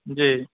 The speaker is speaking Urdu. جی